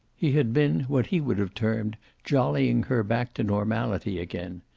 he had been what he would have termed jollying her back to normality again.